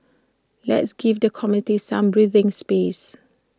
let's give the committee some breathing space